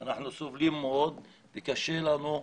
אנחנו מאוד סובלים וקשה לנו.